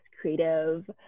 creative